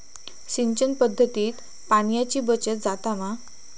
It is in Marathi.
सिंचन पध्दतीत पाणयाची बचत जाता मा?